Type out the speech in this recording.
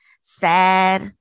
sad